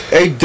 Hey